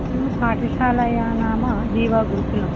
मम पाठशालायाः नाम जीवगुरुकुलम्